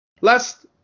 Last